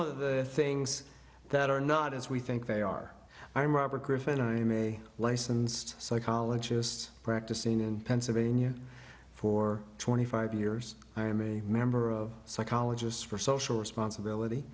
of the things that are not as we think they are i'm robert griffin i'm a licensed psychologist practicing in pennsylvania for twenty five years i am a member of psychologists for social responsibility